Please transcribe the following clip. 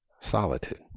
Solitude